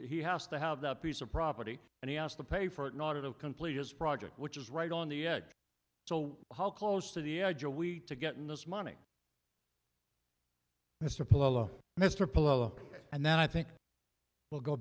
he has to have that piece of property and he asked to pay for it in order to complete his project which is right on the edge so how close to the edge are we to get in this money mr plough mr polo and then i think we'll go